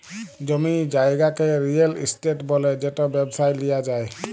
জমি জায়গাকে real estate ব্যলে যেট ব্যবসায় লিয়া যায়